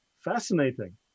Fascinating